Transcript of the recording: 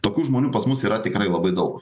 tokių žmonių pas mus yra tikrai labai daug